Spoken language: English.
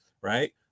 right